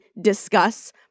discuss